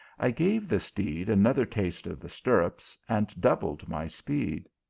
i gave the steed another taste of the stir rups, and doubled my speed.